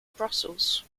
brussels